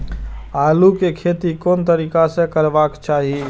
आलु के खेती कोन तरीका से करबाक चाही?